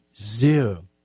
Zero